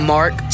Mark